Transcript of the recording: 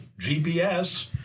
GPS